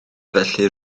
felly